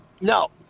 No